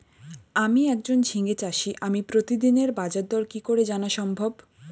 আমি একজন ঝিঙে চাষী আমি প্রতিদিনের বাজারদর কি করে জানা সম্ভব?